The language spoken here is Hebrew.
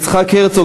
יצחק הרצוג,